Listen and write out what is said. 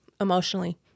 emotionally